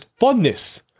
funness